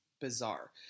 bizarre